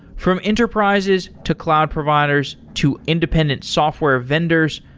from enterprises, to cloud providers, to independent software vendors,